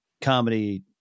comedy